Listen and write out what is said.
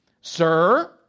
Sir